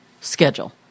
schedule